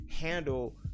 handle